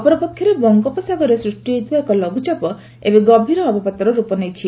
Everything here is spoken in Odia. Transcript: ଅପରପକ୍ଷରେ ବଙ୍ଗୋପସାଗରରେ ସୃଷ୍ଟି ହୋଇଥିବା ଏକ ଲଘୁଚାପ ଏବେ ଗଭୀର ଅବପାତର ରୂପ ନେଇଛି